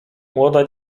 młoda